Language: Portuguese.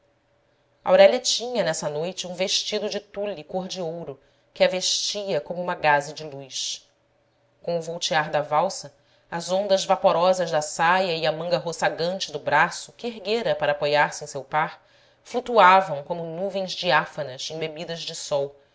humilhá la aurélia tinha nessa noite um vestido de tule cor de ouro que a vestia como uma gaze de luz com o voltear da valsa as ondas vaporosas da saia e a manga roçagante do braço que erguera para apoiarse em seu par flutuavam como nuvens diáfanas embebidas de sol